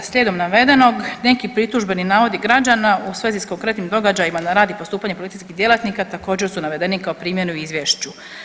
Slijedom navedenog, neki pritužbeni navodi građana u svezi s konkretnim događajima na rad i postupanje policijskih djelatnika također su navedeni kao primjeri u Izvješću.